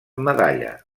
medalla